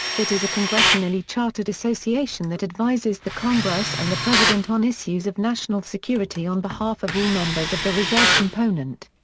it is a congressionally chartered association that advises the congress and the president on issues of national security on behalf of all members of the reserve component.